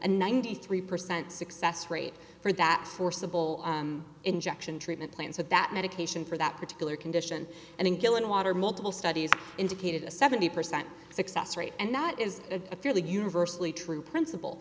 a ninety three percent success rate for that forcible injection treatment plans with that medication for that particular condition and in killing water multiple studies indicated a seventy percent success rate and that is a fairly universally true principle